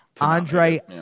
Andre